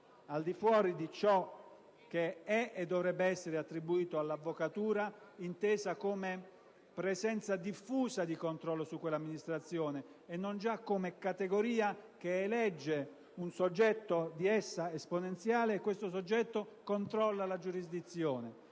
al di fuori di ciò che è e dovrebbe essere attribuito all'Avvocatura, intesa come presenza diffusa di controllo su quell'amministrazione e non già come categoria che elegge un soggetto di essa esponenziale che controlla la giurisdizione.